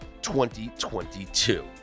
2022